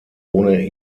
ohne